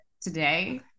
today